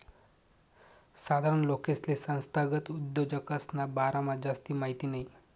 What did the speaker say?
साधारण लोकेसले संस्थागत उद्योजकसना बारामा जास्ती माहिती नयी